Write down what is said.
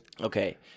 Okay